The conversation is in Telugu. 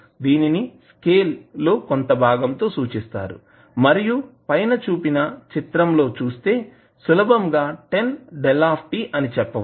దీనిని స్కేల్ కొంత భాగం తో సూచిస్తారు మరియు పైన చూపిన చిత్రం లో చుస్తే సులభంగా 10 𝞭అని చెప్పవచ్చు